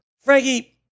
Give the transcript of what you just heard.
Frankie